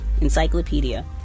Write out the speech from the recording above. encyclopedia